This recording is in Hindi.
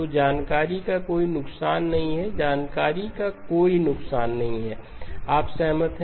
तो जानकारी का कोई नुकसान नहीं है जानकारी का कोई नुकसान नहीं है आप सहमत हैं